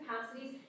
capacities